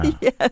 Yes